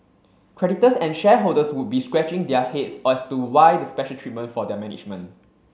creditors and shareholders would be scratching their heads as to why the special treatment for their management